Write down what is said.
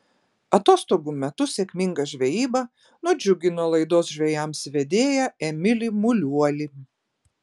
atostogų metu sėkminga žvejyba nudžiugino laidos žvejams vedėją emilį muliuolį